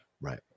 right